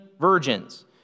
virgins